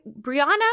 Brianna